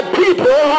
people